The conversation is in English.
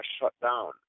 shutdown